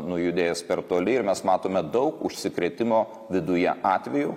nujudėjęs per toli ir mes matome daug užsikrėtimo viduje atvejų